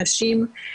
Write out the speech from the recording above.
נשים,